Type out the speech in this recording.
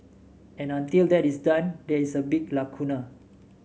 and until that is done there is a big lacuna